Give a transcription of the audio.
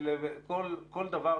כל דבר,